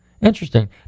Interesting